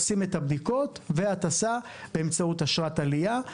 עושים את הבדיקות והטסה באמצעות אשרת עלייה.